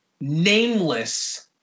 nameless